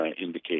indicate